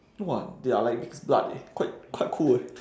!wah! they are like mixed blood eh quite quite cool eh